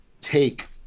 take